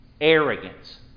arrogance